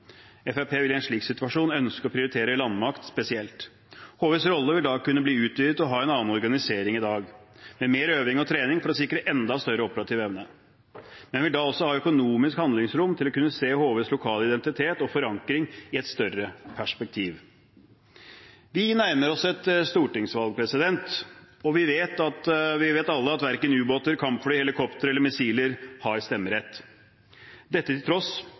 vil i en slik situasjon ønske å prioritere landmakt spesielt. HVs rolle vil da kunne bli utvidet og ha en organisering i dag, med mer øving og trening for å sikre enda større operativ evne. En vil da også ha økonomisk handlingsrom til å kunne se HVs lokale identitet og forankring i et større perspektiv. Vi nærmer oss et stortingsvalg, og vi vet alle at verken ubåter, kampfly, helikoptre eller missiler har stemmerett. Dette til tross